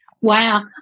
Wow